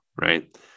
right